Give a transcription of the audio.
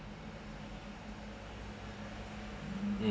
mm